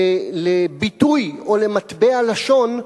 לביטוי או למטבע לשון,